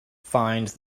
find